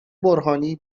برهانی